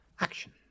action